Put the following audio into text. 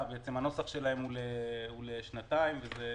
הנוסח שלהם הוא לשנתיים, וזה